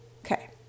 Okay